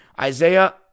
Isaiah